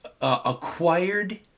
Acquired